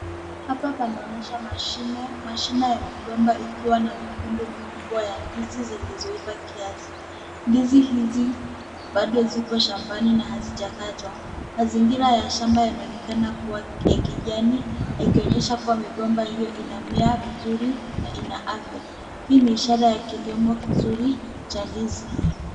Hapa panaonyesha mashina ya migomba, ikiwa na mikungu mikubwa ya ndizi, zilizoiva kiasi. Ndizi hizi bado ziko shambani na hazijakatwa. Mazingira ya shamba yanaonekana kuwa ya kijani, yakionyesha kuwa migomba hio inamea vizuri na ina afya. Hii ni ishara ya kilimo kizuri cha ndizi.